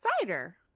Cider